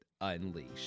Unleashed